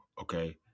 okay